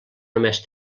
només